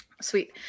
sweet